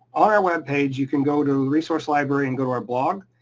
on our webpage, you can go to resource library and go to our blog,